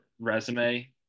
resume